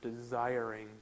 desiring